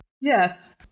Yes